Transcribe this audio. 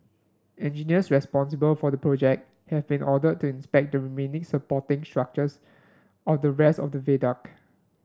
engineers responsible for the project have been ordered to inspect the remaining supporting structures of the rest of the viaduct